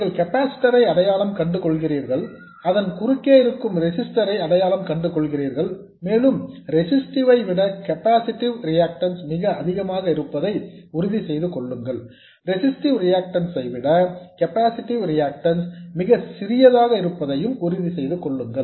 நீங்கள் கெப்பாசிட்டர் ஐ அடையாளம் கண்டு கொள்கிறீர்கள் அதன் குறுக்கே இருக்கும் ரெசிஸ்டர் ஐ அடையாளம் கண்டு கொள்கிறீர்கள் மேலும் ரெஸிஸ்ட்டிவ் ஐ விட கெப்பாசிட்டிவ் ரிஆக்டன்ஸ் மிக அதிகமாக இருப்பதை உறுதி செய்து கொள்ளுங்கள் ரெஸிஸ்ட்டிவ் ரிஆக்டன்ஸ் ஐ விட கெப்பாசிட்டிவ் ரிஆக்டன்ஸ் மிக சிறியதாக இருப்பதை உறுதி செய்து கொள்ளுங்கள்